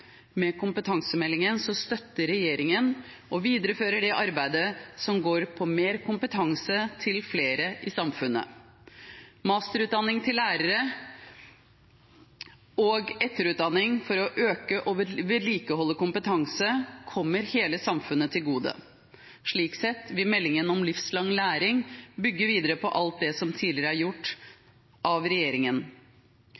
Med kompetansemeldingen støtter og viderefører regjeringen det arbeidet som går på mer kompetanse til flere i samfunnet. Masterutdanning til lærere og etterutdanning for å øke og vedlikeholde kompetanse kommer hele samfunnet til gode. Slik sett vil meldingen om livslang læring bygge videre på alt det som tidligere er gjort